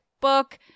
book